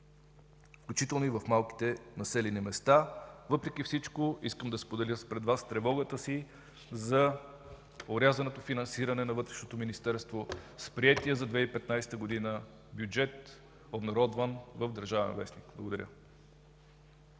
включително и в малките населени места. Въпреки всичко искам да споделя пред Вас тревогата си за орязаното финансиране на Вътрешното министерство с приетия за 2015 г. бюджет, обнародван в „Държавен вестник”. Благодаря.